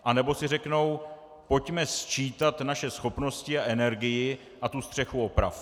Anebo si řeknou: pojďme sčítat naše schopnosti a energii a tu střechu opravme.